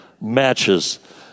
matches